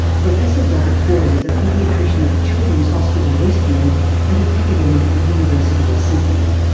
professor robert booy is a paediatrician at the children's hospital westmead and an academic at the university of sydney.